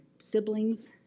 siblings